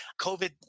COVID